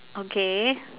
okay